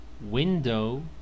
Window